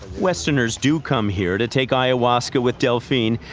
westerners do come here to take ayahuasca with delphine,